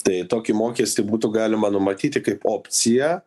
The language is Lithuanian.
tai tokį mokestį būtų galima numatyti kaip opciją